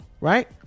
Right